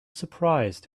surprised